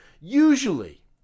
Usually